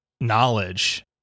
knowledge